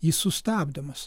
jis sustabdomas